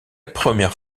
première